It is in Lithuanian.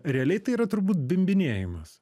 realiai tai yra turbūt bimbinėjimas